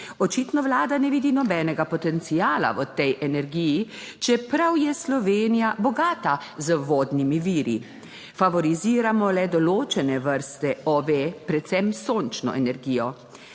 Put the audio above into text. Očitno Vlada ne vidi nobenega potenciala v tej energiji, čeprav je Slovenija bogata z vodnimi viri. Favoriziramo le določene vrste OVE, predvsem sončno energijo.